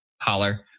holler